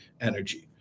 energy